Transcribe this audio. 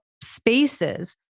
spaces